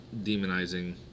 demonizing